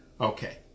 Okay